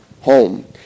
home